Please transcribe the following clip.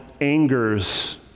angers